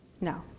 no